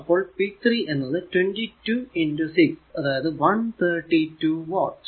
അപ്പോൾ p 3 എന്നത് 22 6 അതായത് 132 വാട്ട്